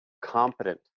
competent